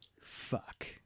Fuck